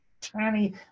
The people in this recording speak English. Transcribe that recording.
tiny